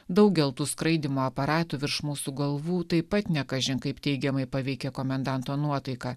daugel tų skraidymo aparatų virš mūsų galvų taip pat ne kažin kaip teigiamai paveikė komendanto nuotaiką